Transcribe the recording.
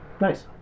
Nice